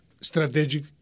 strategic